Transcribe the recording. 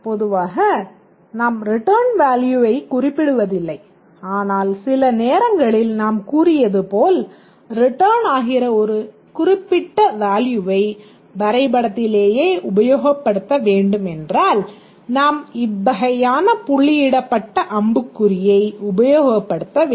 பொதுவாக நாம் ரிட்டர்ன் வேல்யூவை குறிப்பிடுவதில்லை ஆனால் சில நேரங்களில் நாம் கூறியது போல் ரிட்டர்ன் ஆகிற ஒரு குறிப்பிட்ட வேல்யூவை வரைபடத்திலேயே உபயோகப்படுத்த வேண்டும் என்றால் நாம் இவ்வகையான புள்ளியிடப்பட்ட அம்புக்குறியை உபயோகப் படுத்த வேண்டும்